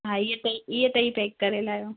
हा इहे टई इहे टई पैक करे लायो